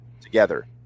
together